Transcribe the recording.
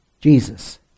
Jesus